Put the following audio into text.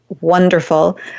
Wonderful